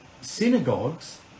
synagogues